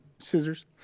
Scissors